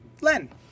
Len